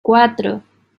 cuatro